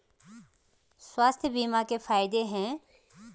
स्वास्थ्य बीमा के फायदे हैं?